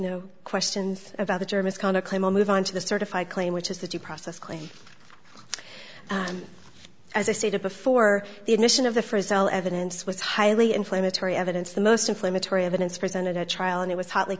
no questions about the germans counter claim or move on to the certify claim which is the due process claim as i stated before the admission of the first cell evidence was highly inflammatory evidence the most inflammatory evidence presented at trial and it was hotly